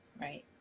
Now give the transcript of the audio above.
Right